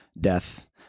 death